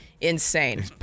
insane